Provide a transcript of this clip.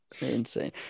Insane